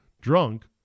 Drunk